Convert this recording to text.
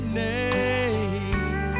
name